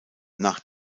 nach